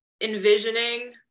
envisioning